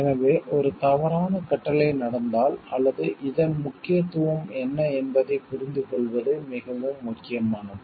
எனவே ஒரு தவறான கட்டளை நடந்தால் அல்லது இதன் முக்கியத்துவம் என்ன என்பதைப் புரிந்துகொள்வது மிகவும் முக்கியமானது